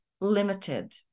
limited